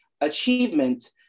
achievement